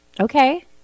Okay